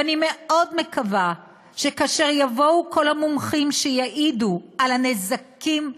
ואני מאוד מקווה שכאשר יבואו כל המומחים ויעידו על הנזקים הגדולים,